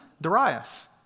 Darius